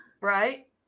Right